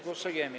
Głosujemy.